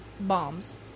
Bombs